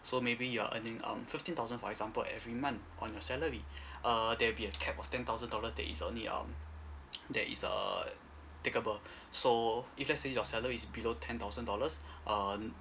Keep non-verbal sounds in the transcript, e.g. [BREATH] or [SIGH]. so maybe you are earning um fifteen thousand for example every month on your salary [BREATH] err there'll be a cap of ten thousand dollar that is only um [NOISE] that is err takeable so if let's say your salary is below ten thousand dollars um